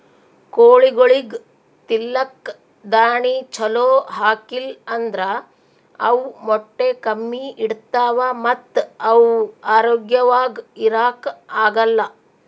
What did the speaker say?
ಕೋಳಿಗೊಳಿಗ್ ತಿಲ್ಲಕ್ ದಾಣಿ ಛಲೋ ಹಾಕಿಲ್ ಅಂದ್ರ ಅವ್ ಮೊಟ್ಟೆ ಕಮ್ಮಿ ಇಡ್ತಾವ ಮತ್ತ್ ಅವ್ ಆರೋಗ್ಯವಾಗ್ ಇರಾಕ್ ಆಗಲ್